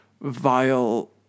vile